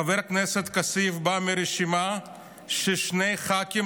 חבר הכנסת כסיף בא מרשימה שבה שני ח"כים